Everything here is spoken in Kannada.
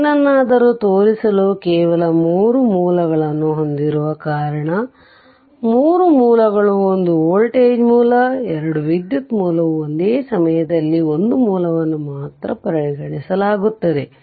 ಏನನ್ನಾದರೂ ತೋರಿಸಲು ಕೇವಲ 3 ಮೂಲಗಳನ್ನು ಹೊಂದಿರುವ ಕಾರಣ 3 ಮೂಲಗಳು ಒಂದು ವೋಲ್ಟೇಜ್ ಮೂಲ 2 ವಿದ್ಯುತ್ ಮೂಲವು ಒಂದೇ ಸಮಯದಲ್ಲಿ ಒಂದು ಮೂಲವನ್ನು ಮಾತ್ರ ಪರಿಗಣಿಲಾಗುತ್ತದೆ